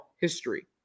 history